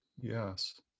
Yes